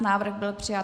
Návrh byl přijat.